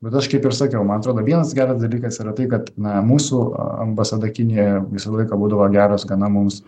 bet aš kaip ir sakiau man atrodo vienas geras dalykas yra tai kad na mūsų ambasada kinijoje visą laiką būdavo geras gana mums